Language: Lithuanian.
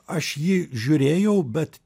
aš jį žiūrėjau bet